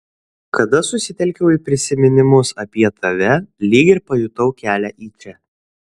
kada susitelkiau į prisiminimus apie tave lyg ir pajutau kelią į čia